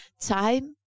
time